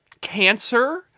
cancer